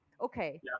Okay